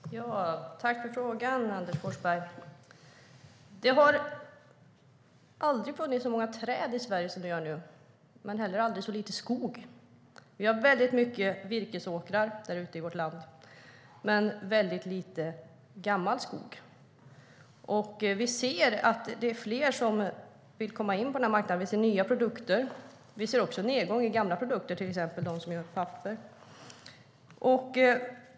Herr talman! Tack för frågan, Anders Forsberg. Det har aldrig funnits så många träd i Sverige som det gör nu men heller aldrig så lite skog. Vi har väldigt mycket virkesåkrar ute i vårt land men väldigt lite gammal skog. Vi ser att det är fler som vill komma in på marknaden, och vi ser nya produkter. Men vi ser också en nedgång för gamla produkter, till exempel för dem som gör papper.